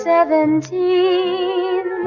Seventeen